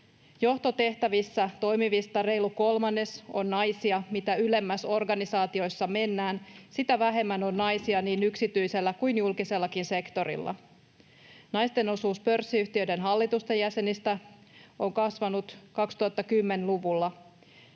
Johtotehtävissä toimivista reilu kolmannes on naisia. Mitä ylemmäs organisaatioissa mennään, sitä vähemmän on naisia niin yksityisellä kuin julkisellakin sektorilla. Naisten osuus pörssiyhtiöiden hallitusten jäsenistä on kasvanut 2010-luvulla.